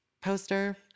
poster